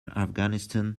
afghanistan